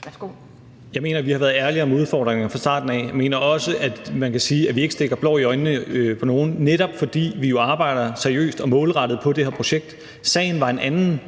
Stoklund (S): Jeg mener, at vi har været ærlige om udfordringerne fra starten. Jeg mener også, at man kan sige, at vi ikke stikker blår i øjnene på nogen, netop fordi vi jo arbejder seriøst og målrettet på det her projekt. Sagen var en anden,